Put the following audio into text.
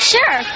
Sure